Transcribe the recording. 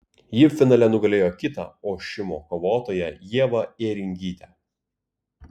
ji finale nugalėjo kitą ošimo kovotoją ievą ėringytę